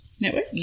Network